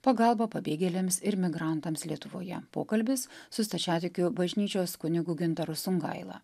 pagalba pabėgėliams ir migrantams lietuvoje pokalbis su stačiatikių bažnyčios kunigu gintaru songaila